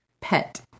pet